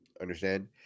understand